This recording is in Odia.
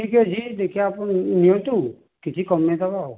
ଠିକ୍ ଅଛି ଦେଖିବା ଆପଣ ନିଅନ୍ତୁ କିଛି କମେଇ ଦେବା ଆଉ